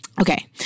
Okay